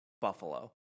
Buffalo